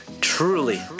truly